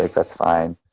like that's fine.